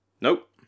Nope